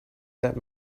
that